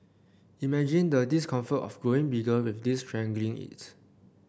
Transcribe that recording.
imagine the discomfort of growing bigger with this strangling it